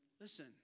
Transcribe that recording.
listen